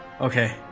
okay